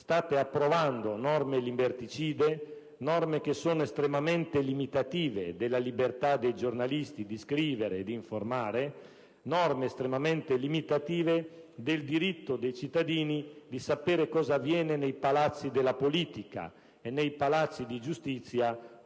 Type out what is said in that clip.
state approvando norme liberticide, norme che sono estremamente limitative della libertà dei giornalisti di scrivere e di informare, norme estremamente limitative del diritto dei cittadini di sapere cosa avviene nei palazzi della politica e nei palazzi di giustizia,